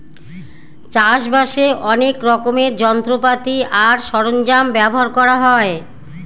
চাষ বাসে অনেক রকমের যন্ত্রপাতি আর সরঞ্জাম ব্যবহার করা হয়